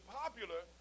popular